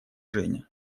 женя